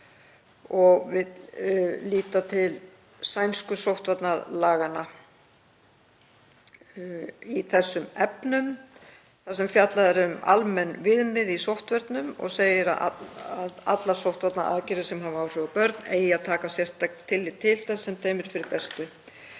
og vill líta til sænsku sóttvarnalaganna í þeim efnum. Þar er fjallað um almenn viðmið í sóttvörnum og segir að allar sóttvarnaaðgerðir sem hafa áhrif á börn eigi að taka sérstakt tillit til þess sem þeim er fyrir bestu.